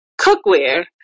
cookware